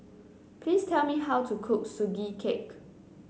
please tell me how to cook Sugee Cake